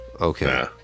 Okay